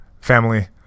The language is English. Family